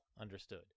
understood